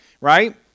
right